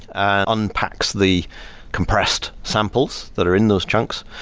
unpacks the compressed samples that are in those chunks,